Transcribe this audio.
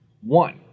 One